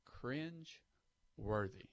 cringe-worthy